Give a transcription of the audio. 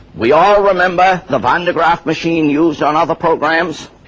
we all remember the van de graaff machine used on other programs,